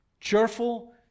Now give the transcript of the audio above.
cheerful